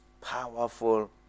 powerful